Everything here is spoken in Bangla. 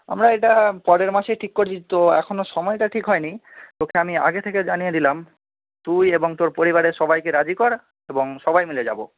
আমরা এটা পরের মাসে ঠিক করছি তো এখনো সময়টা ঠিক হয়নি তোকে আমি আগে থেকে জানিয়ে দিলাম তুই এবং তোর পরিবারের সবাইকে রাজি করা এবং সবাই মিলে যাব